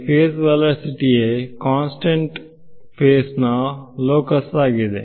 face velocity ಯೇ constant ಫೇಸ್ನಾ locus ಆಗಿದೆ